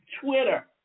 Twitter